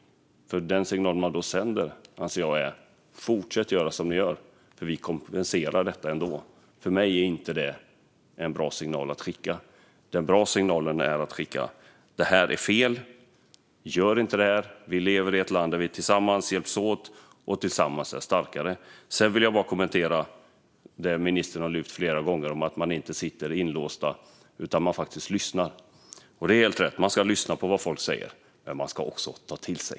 Den signal man i så fall sänder är: Fortsätt göra som ni gör, för vi kompenserar ändå detta! Jag tycker inte att det är en bra signal. En bra signal vore att framföra att det här är fel, att man inte ska göra så här och att vi lever i ett land där vi tillsammans hjälps åt och tillsammans är starkare. Jag vill slutligen kommentera det som ministern flera gånger har tagit upp om att han inte sitter inlåst utan att han faktiskt lyssnar. Det är helt rätt; man ska lyssna på vad folk säger, men man ska också ta det till sig.